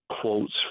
quotes